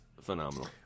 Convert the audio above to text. phenomenal